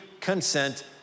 Consent